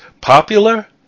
popular